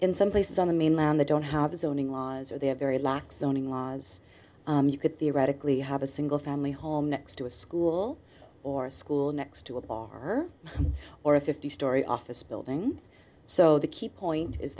in some places on the mainland they don't have a zoning laws or they have very lax zoning laws you could theoretically have a single family home next to a school or a school next to a bar or a fifty story office building so the key point is